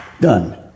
Done